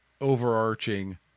overarching